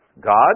God